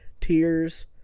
tears